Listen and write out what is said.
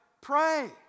Pray